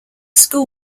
school